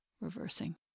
reversing